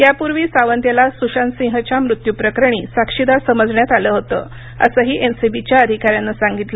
यापूर्वी सावंत याला सुशांतसिंहच्या मृत्यूप्रकरणी साक्षीदार समजण्यात आलं होतं असंही एनसीबीच्या अधिकाऱ्यानं सांगितलं